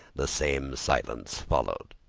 the same silence followed.